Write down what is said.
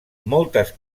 moltes